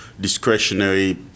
discretionary